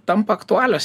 tampa aktualios